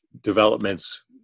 developments